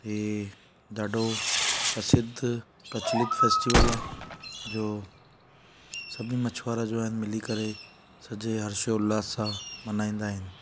हीअ ॾाढो प्रसिद्ध प्रचलित फेस्टीवल आहे जो सभी मछूआरा जो आहिनि मिली करे सॼे हर्षोल्लास सां मल्हाईंदा आहिनि